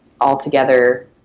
altogether